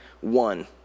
one